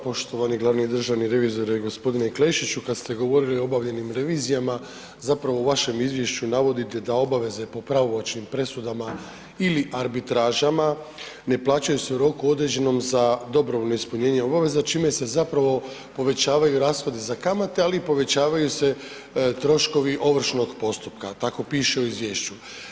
Poštovani glavni državni revizore g. Klešiću, kad ste govorili o obavljenim revizijama, zapravo u vašem izvješću navodite da obaveze po pravomoćnim presudama ili arbitražama ne plaćaju se u roku određenom za dobrovoljno ispunjenje obaveza čime se zapravo povećavaju rashodi za kamate ali i povećavaju se troškovi ovršnog postupka, tako piše u izvješću.